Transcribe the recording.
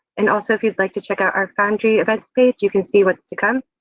and also if you'd like to check out our foundry events page you can see what's to come,